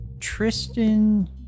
Tristan